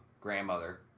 grandmother